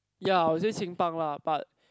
ya I would say Qing-Pang lah but